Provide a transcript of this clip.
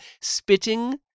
spitting